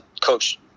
Coach